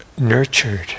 nurtured